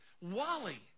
Wally